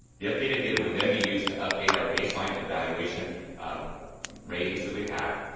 the updated data would then be used to update our baseline evaluation ratings that we have,